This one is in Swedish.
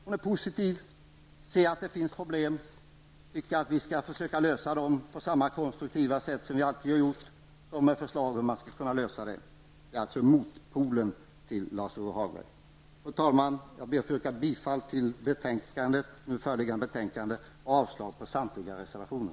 Hon är positiv. Hon ser att det finns problem, men tycker att vi skall lösa dem på samma konstruktiva sätt som vi alltid har gjort. Hon kommer med förslag till hur man skall lösa problemen. Det är alltså motpolen till Lars-Ove Hagberg. Fru talman! Jag ber att få yrka bifall till utskottets hemställan i föreliggande betänkande och avslag på samtliga reservationer.